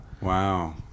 Wow